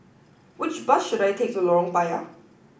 which bus should I take to Lorong Payah